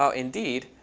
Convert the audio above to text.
ah indeed,